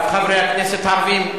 חברי הכנסת הערבים,